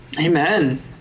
Amen